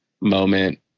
moment